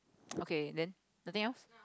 okay then nothing else